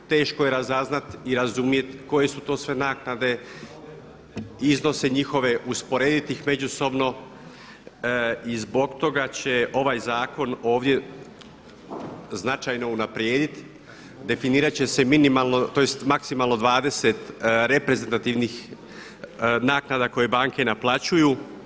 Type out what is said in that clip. Teško je razaznati i razumjeti koje su to sve naknade, iznose njihove usporediti ih međusobno i zbog toga će ovaj zakon ovdje značajno unaprijediti, definirat će se minimalno tj. maksimalno 20 reprezentativnih naknada koje banke naplaćuju.